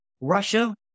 Russia